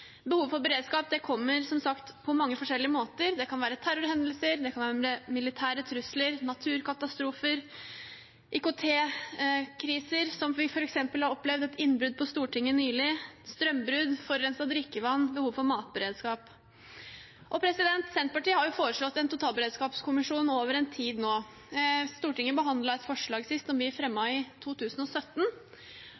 Behovet for beredskap kommer som sagt på mange forskjellige måter. Det kan være terrorhendelser, militære trusler, naturkatastrofer, IKT-kriser – som f.eks. innbruddet vi opplevde på Stortinget nylig – strømbrudd, forurenset drikkevann og behov for matberedskap. Senterpartiet har foreslått en totalberedskapskommisjon over en tid nå. Stortinget behandlet sist et forslag som vi